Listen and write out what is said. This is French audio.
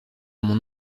mon